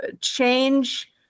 change